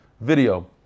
video